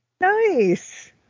Nice